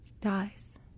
dies